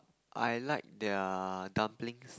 I like their dumplings